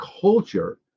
culture